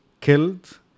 killed